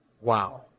wow